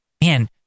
man